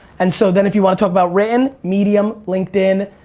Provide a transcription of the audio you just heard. and so then if you wanna talk about written, medium, linkedin,